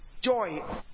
joy